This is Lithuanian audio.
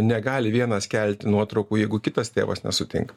negali vienas kelti nuotraukų jeigu kitas tėvas nesutinka